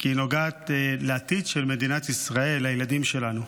כי היא נוגעת לעתיד של מדינת ישראל, לילדים שלנו: